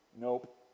Nope